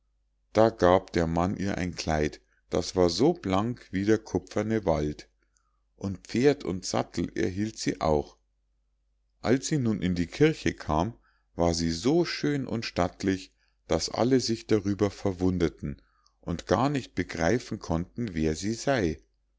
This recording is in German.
da gab der mann ihr ein kleid das war so blank wie der kupferne wald und pferd und sattel erhielt sie auch als sie nun in die kirche kam war sie so schön und stattlich daß alle sich darüber verwunderten und gar nicht begreifen konnten wer sie sei